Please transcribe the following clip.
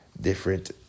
different